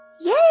Yay